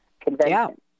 convention